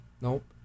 Nope